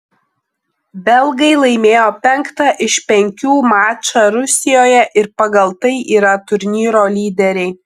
belgai laimėjo penktą iš penkių mačą rusijoje ir pagal tai yra turnyro lyderiai